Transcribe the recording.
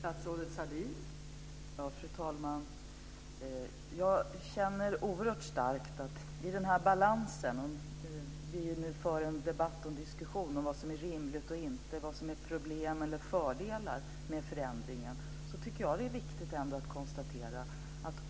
Fru talman! Jag känner oerhört starkt att det i den här balansen - om vi nu för en debatt och en diskussion om vad som är rimligt och inte, och vad som är problem eller fördelar med förändringen - är viktigt att göra ett konstaterande.